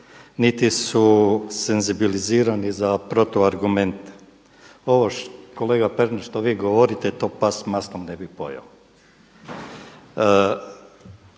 niti su senzbilizirani za protuargumente. Ovo kolega Pernar što vi govorite to pas s maslom ne bi pojeo